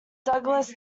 douglas